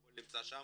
הכל נמצא שם.